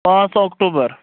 پانٛژھ اوکتوبر